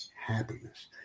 happiness